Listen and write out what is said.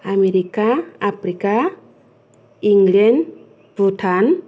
America Africa England Bhutan